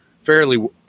fairly